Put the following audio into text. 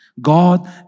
God